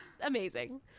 amazing